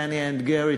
Pennie and Gary,